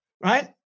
right